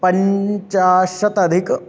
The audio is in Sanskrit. पञ्चाशदधिक